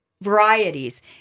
varieties